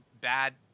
bad